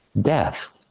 death